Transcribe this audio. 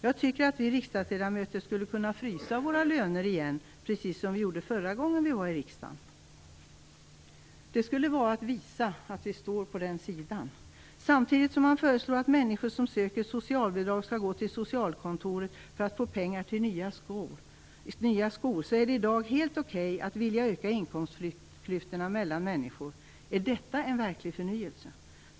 Jag tycker att vi riksdagsledamöter skulle kunna frysa våra löner igen, precis som vi gjorde förra gången vi var i riksdagen. Det skulle vara att visa att vi står på den andra sidan. Samtidigt som man föreslår att människor som söker socialbidrag skall gå till socialkontoret för att få pengar till nya skor är det i dag helt okej att vilja öka inkomstklyftorna mellan människor. Är detta en verklig förnyelse?